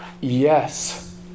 Yes